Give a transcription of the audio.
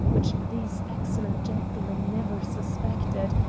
which these excellent gentlemen never suspected,